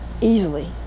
Easily